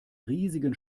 riesigen